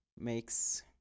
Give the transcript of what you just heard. makes